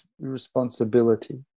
responsibility